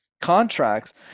contracts